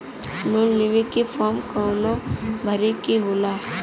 Loan लेवे के form कौन भरे के होला?